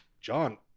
john